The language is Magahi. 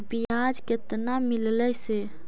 बियाज केतना मिललय से?